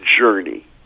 journey